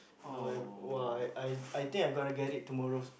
no I !wah! I I I think I gonna get it tomorrow